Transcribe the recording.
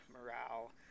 morale